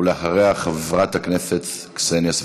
ואחריה, חברת הכנסת קסניה סבטלובה.